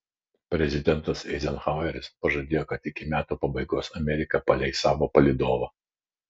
prezidentas eizenhaueris pažadėjo kad iki metų pabaigos amerika paleis savo palydovą